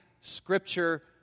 Scripture